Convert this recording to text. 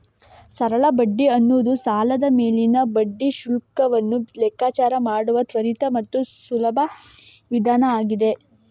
ಸರಳ ಬಡ್ಡಿ ಅನ್ನುದು ಸಾಲದ ಮೇಲಿನ ಬಡ್ಡಿ ಶುಲ್ಕವನ್ನ ಲೆಕ್ಕಾಚಾರ ಮಾಡುವ ತ್ವರಿತ ಮತ್ತು ಸುಲಭ ವಿಧಾನ ಆಗಿದೆ